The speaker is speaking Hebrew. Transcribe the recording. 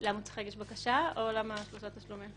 למה הוא צריך להגיש בקשה או למה שלושה תשלומים?